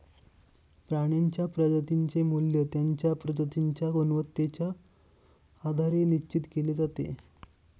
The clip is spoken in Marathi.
प्राण्यांच्या प्रजातींचे मूल्य त्यांच्या प्रजातींच्या गुणवत्तेच्या आधारे निश्चित केले जाते